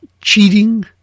cheating